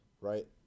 right